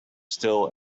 still